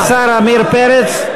תודה לשר עמיר פרץ.